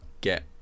get